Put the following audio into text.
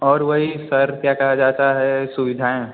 और वही सर क्या कहा जाता है सुविधाएँ